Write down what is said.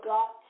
God